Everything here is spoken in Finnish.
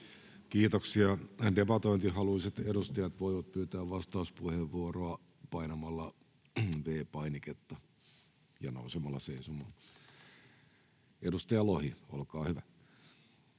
Kiitoksia. — Debatointihaluiset edustajat voivat pyytää vastauspuheenvuoroa painamalla V-painiketta ja nousemalla seisomaan. — Edustaja Lohi, olkaa hyvä.